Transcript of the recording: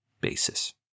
basis